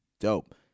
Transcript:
dope